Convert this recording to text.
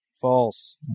False